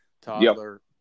toddler